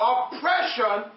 Oppression